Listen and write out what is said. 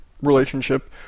relationship